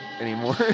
anymore